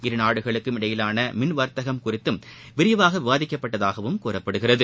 இருநாடுகளுக்கு இடையேயானமின் வர்த்தகம் குறித்தம் விரிவாகவிவாதிக்கப்பட்டதாககூறப்பட்டுள்ளது